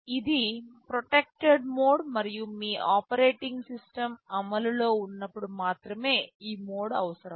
ఇది protected mode మరియు మీ ఆపరేటింగ్ సిస్టమ్ అమలులో ఉన్నప్పుడు మాత్రమే ఈ మోడ్ అవసరం